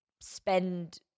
spend